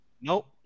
nope